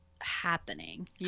happening